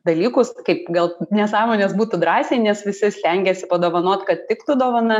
dalykus kaip gal nesąmonės būtų drąsiai nes visi stengiasi padovanot kad tiktų dovana